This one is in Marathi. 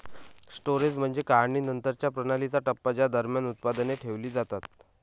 स्टोरेज म्हणजे काढणीनंतरच्या प्रणालीचा टप्पा ज्या दरम्यान उत्पादने ठेवली जातात